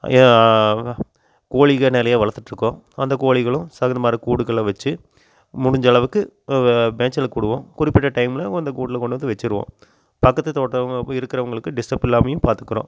கோழிகள் நிறையா வளர்த்துட்ருக்கோம் அந்த கோழிகளும் மார கூடுக்குள்ளே வெச்சு முடிஞ்சளவுக்கு மேய்ச்சலுக்கு விடுவோம் குறிப்பிட்ட டைமில் அந்த கூட்டில் கொண்டு வந்து வெச்சுருவோம் பக்கத்து தோட்டம் இருக்கிறவங்களுக்கு டிஸ்டர்ப் இல்லாமையும் பார்த்துக்கறோம்